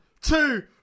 two